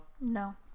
No